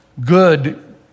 Good